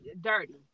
dirty